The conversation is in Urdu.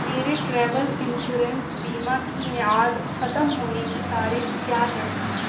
میرے ٹریول انشورنس بیمہ کی میعاد ختم ہونے کی تاریخ کیا ہے